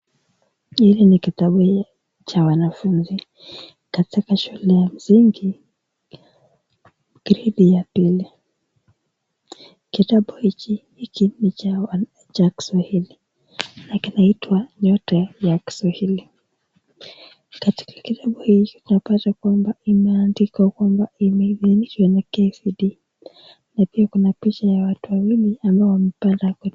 Hili ni kitabu cha wanafunzi katika shule ya msingi, gredi ya pili. Kitabu hiki, hiki ni cha Kiswahili na kinaitwa nyota ya Kiswahili. Katika kitabu hiki tunapata kwamba imeandikwa kwamba imeidhinishwa na KICD , na pia kuna picha ya watu wawili ambao wamepanda.